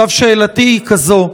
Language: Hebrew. עכשיו שאלתי היא כזאת,